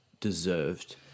deserved